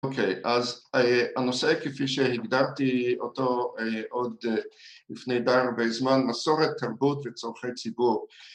‫אוקיי, אז הנושא כפי שהגדרתי אותו ‫עוד לפני די הרבה זמן, ‫מסורת תרבות וצורכי ציבור.